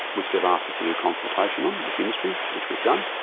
which they've asked us to do consultation on with industry, which we've done.